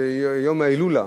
יום ההילולה